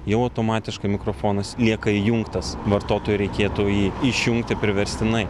jau automatiškai mikrofonas lieka įjungtas vartotojui reikėtų jį išjungti priverstinai